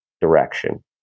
direction